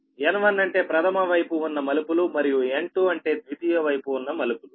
N1అంటే ప్రధమ వైపు ఉన్న మలుపులు మరియు N2అంటే ద్వితీయ వైపు ఉన్న మలుపులు